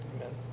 amen